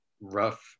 rough